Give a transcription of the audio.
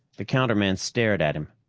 the counterman stared at him,